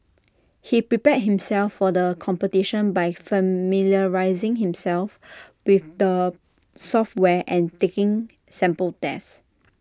he prepared himself for the competition by familiarising himself with the software and taking sample tests